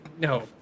No